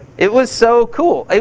it was so cool.